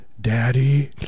Daddy